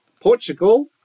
Portugal